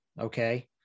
Okay